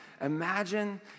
Imagine